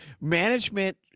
management